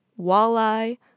walleye